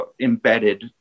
embedded